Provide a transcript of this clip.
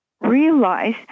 realize